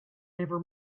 never